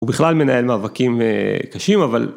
הוא בכלל מנהל מאבקים קשים אבל.